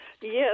Yes